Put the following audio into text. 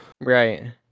Right